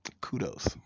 Kudos